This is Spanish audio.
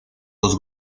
los